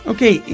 Okay